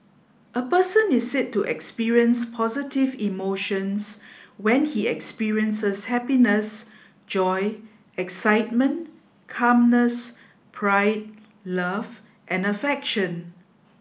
a person is said to experience positive emotions when he experiences happiness joy excitement calmness pride love and affection